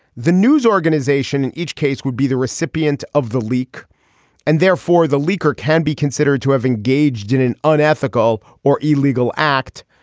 the news organization in each case would be the recipient of the leak and therefore the leaker can be considered to have engaged in an unethical or illegal act.